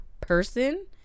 person